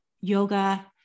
yoga